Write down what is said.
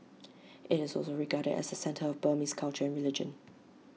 IT is also regarded as the centre of Burmese culture and religion